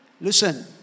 Listen